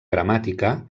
gramàtica